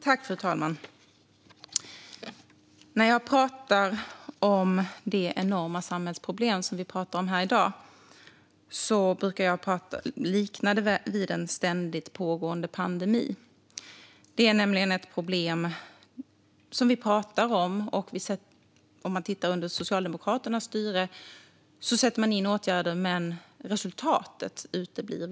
Fru talman! När jag pratar om det enorma samhällsproblem som vi pratar om här i dag brukar jag likna det vid en ständigt pågående pandemi. Tittar vi på Socialdemokraternas styre ser vi att man sätter in åtgärder men att resultatet uteblir.